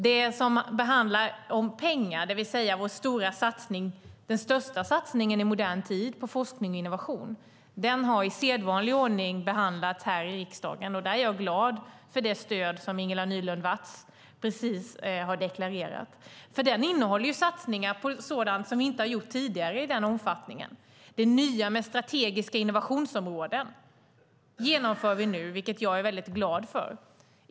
Det som handlar om pengar, det vill säga den största satsningen i modern tid på forskning och innovation, har i sedvanlig ordning behandlats i riksdagen. Där är jag glad för det stöd som Ingela Nylund Watz precis har deklarerat. Det är satsningar på sådant som det inte tidigare har satsats på i den omfattningen. Det nya med strategiska innovationsområden genomför vi nu, vilket jag är mycket glad för.